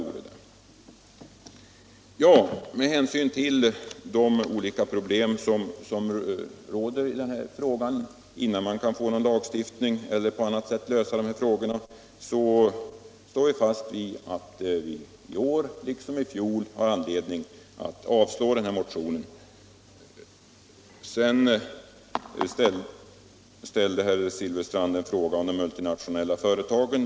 Med hänsyn till de problem som måste utredas innan man kan införa någon lagstiftning eller på annat sätt lösa de här frågorna står vi fast vid att riksdagen i år liksom i fjol har anledning att avslå motionen. Sedan ställde herr Silfverstrand en fråga om de multinationella företagen.